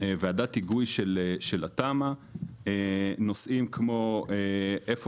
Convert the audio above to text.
ועדת היגוי של התמ"א; נושאים כמו איפה